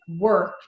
work